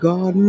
God